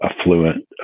affluent